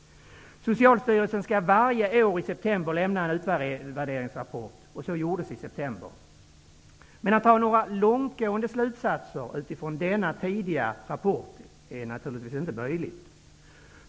Socialstyrelsen skall varje år i september lämna en utvärderingsrapport, och så skedde i september 1992. Att dra några långtgående slutsatser utifrån denna tidiga rapport är naturligtvis inte möjligt.